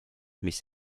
mis